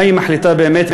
מה היא מחליטה באמת,